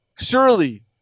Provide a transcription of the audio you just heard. surely